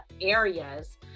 areas